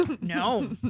no